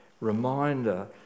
reminder